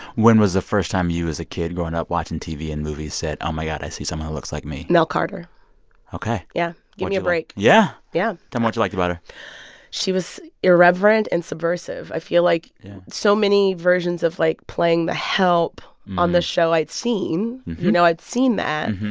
when was the first time you as a kid growing up watching tv and movies said, oh, my god, i see someone who looks like me? nell carter ok yeah. gimme a break! yeah yeah tell me what you liked about her she was irreverent and subversive. i feel like so many versions of, like, playing the help on the show i'd seen you know, i'd seen that.